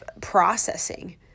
processing